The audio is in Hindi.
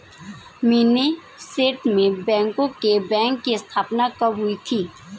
मिनेसोटा में बैंकरों के बैंक की स्थापना कब हुई थी?